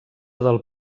del